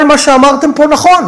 כל מה שאמרתם פה נכון.